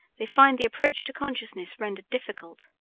they find the approach to consciousness rendered difficult,